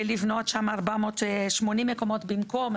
ולבנות שם 480 מקומות במקום.